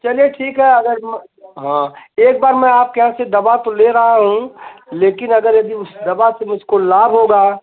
चलिए ठीक हे अगर म हँ एकबार में आपके यहाँ से दवा तो ले रहा हूँ लेकिन अगर यदि उस दवा से मुझको लाभ होगा